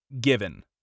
given